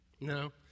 No